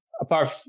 apart